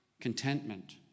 contentment